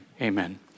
amen